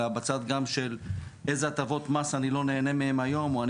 אלא גם בצד של מאילו הטבות מס אני לא נהנה היום או באילו